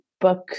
book